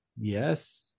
Yes